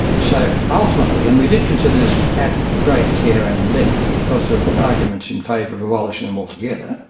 so ultimately, and we did consider this at great care and length because there are good arguments in favour of abolishing them altogether,